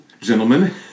Gentlemen